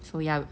so ya